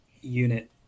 unit